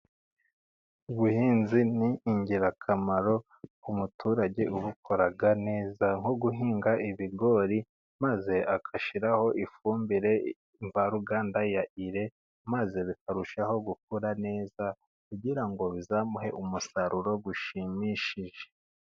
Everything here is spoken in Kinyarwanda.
Ubuhinzi ni ingirakamaro ku muturage ubukora neza, nko guhinga ibigori maze agashyiraho ifumbire mvaruganda ya ire, maze bikarushaho gukura neza kugira ngo bizamuhe umusaruro ushimishije.